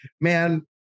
man